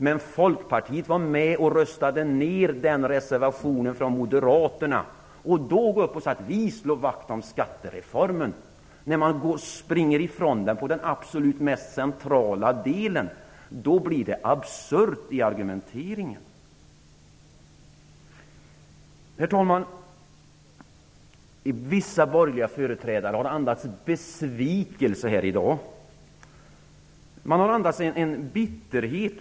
Men Folkpartiet var med och röstade ned den reservationen från Moderaterna. Att säga att man slår vakt om skattereformen när man springer ifrån den på den absolut mest centrala punkten gör argumenteringen absurd. Herr talman! Vissa borgerliga företrädare har andats besvikelse här i dag. Man har andats en bitterhet.